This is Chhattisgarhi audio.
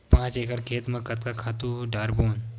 पांच एकड़ खेत म कतका खातु डारबोन?